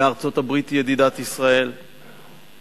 וארצות-הברית היא ידידת ישראל ואנחנו